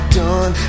done